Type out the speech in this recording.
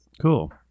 Cool